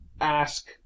ask